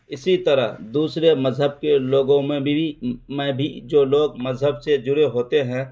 اسی طرح دوسرے مذہب کے لوگوں میں بھی میں بھی جو لوگ مذہب سے جڑے ہوتے ہیں